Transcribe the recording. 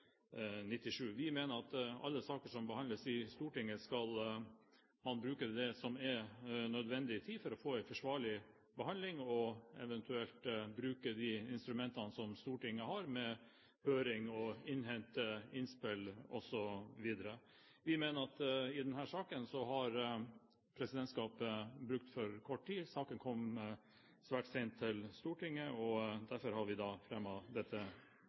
97. Vi mener at i alle saker som behandles i Stortinget, skal man bruke det som er nødvendig av tid for å få en forsvarlig behandling, og eventuelt bruke de instrumentene som Stortinget har, med høring og å innhente innspill, osv. Vi mener at i denne saken har presidentskapet brukt for kort tid. Saken kom svært sent til Stortinget. Derfor har Fremskrittspartiet da fremmet dette forslaget, som vi